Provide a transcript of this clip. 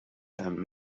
hemm